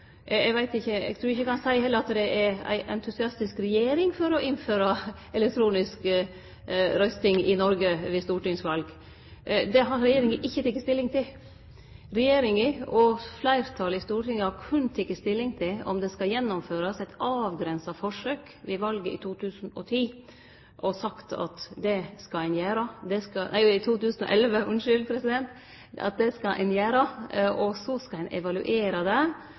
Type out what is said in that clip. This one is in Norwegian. Eg veit ikkje, men eg trur heller ikkje eg kan seie at det er ei entusiastisk regjering når det gjeld å innføre elektronisk røysting i Noreg ved stortingsval. Det har regjeringa ikkje teke stilling til. Regjeringa og fleirtalet i Stortinget har berre teke stilling til om det skal gjennomførast eit avgrensa forsøk ved valet i 2011, og har sagt at det skal ein gjere. Så skal ein evaluere det og vurdere kva som skal skje vidare. Eg registrerer sterk skepsis til å vidareføre det